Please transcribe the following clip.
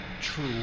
True